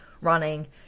running